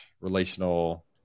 Relational